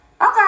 Okay